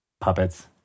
Puppets